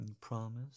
promise